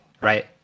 right